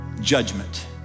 judgment